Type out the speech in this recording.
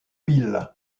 piles